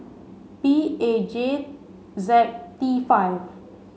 P A J Z T five